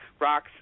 rocks